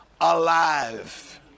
alive